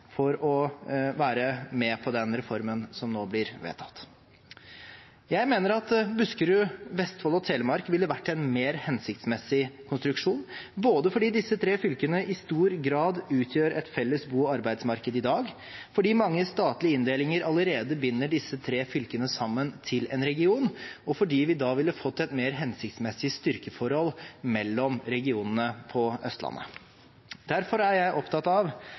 for å være med på den reformen som nå blir vedtatt. Jeg mener at Buskerud, Vestfold og Telemark ville vært en mer hensiktsmessig konstruksjon, både fordi disse tre fylkene i stor grad utgjør et felles bo- og arbeidsmarked i dag, fordi mange statlige inndelinger allerede binder disse tre fylkene sammen til en region, og fordi vi da ville fått et mer hensiktsmessig styrkeforhold mellom regionene på Østlandet. Derfor er jeg opptatt av